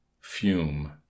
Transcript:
Fume